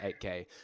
8K